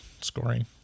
scoring